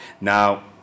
now